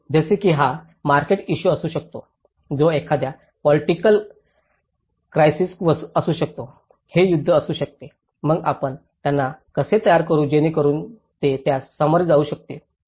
जसे की हा मार्केट इशू असू शकतो तो एखाद्या पोलिटिकल क्रायसिसत असू शकतो हे युद्ध असू शकते मग आपण त्यांना कसे तयार करू जेणेकरून ते त्यास सामोरे जाऊ शकतील